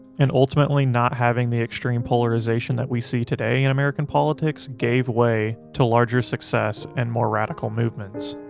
and ultimately not having the extreme polarization that we see today in american politics gave way to larger success and more radical movements.